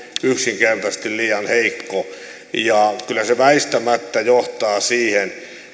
yksinkertaisesti liian heikko kyllä se väistämättä johtaa siihen